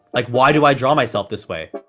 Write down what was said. like, why do i draw myself this way?